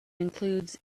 includes